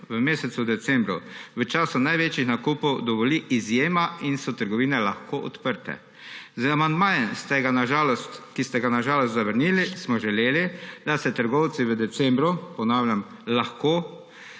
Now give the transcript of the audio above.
v mesecu decembru, v času največjih nakupov, dovoli izjema in so trgovine lahko odprte. Z amandmajem, ki ste ga na žalost zavrnili, smo želeli, da se trgovci v decembru, ponavljam, lahko